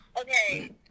Okay